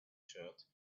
shirt